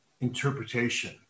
Interpretation